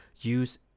use